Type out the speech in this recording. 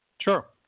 Sure